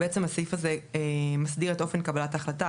בעצם הסעיף הזה מסדיר את אופן קבלת ההחלטה.